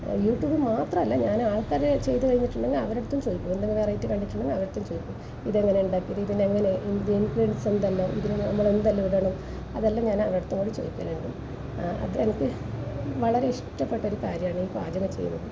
വീട്ടില് മാത്രമല്ല ഞാൻ ആൾക്കാരുടെ ചെയ്ത് കഴിഞ്ഞിട്ടുണ്ടെങ്കിൽ ഞാൻ അവരുടെ അടുത്തും ചോദിക്കും എന്തെങ്കിലും വെറൈറ്റി കണ്ടിട്ടുണ്ടെങ്കിൽ അവരോടത് ചോദിക്കും ഇതെങ്ങനെയാണ് ഉണ്ടാക്കിയത് ഇതിന് എങ്ങനെയാണ് ഇൻഗ്രീഡിയൻസെന്തല്ലാം ഇതില് നമ്മള് എന്തെല്ലാം ഇടണം അതെല്ലാം ഞാന് വ്യക്തമായി ചോദിക്കും അത് എനിക്ക് വളരെ ഇഷ്ടപ്പെട്ടൊരു കാര്യമാണ് പാചകം ചെയ്യല്